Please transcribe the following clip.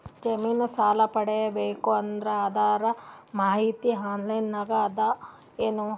ಜಮಿನ ಸಾಲಾ ಪಡಿಬೇಕು ಅಂದ್ರ ಅದರ ಮಾಹಿತಿ ಆನ್ಲೈನ್ ನಾಗ ಅದ ಏನು?